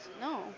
No